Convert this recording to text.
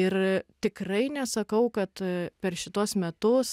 ir tikrai nesakau kad per šituos metus